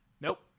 Nope